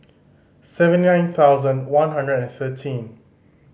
seven nine thousand one hundred and thirteen